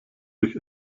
durch